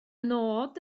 nod